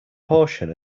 portion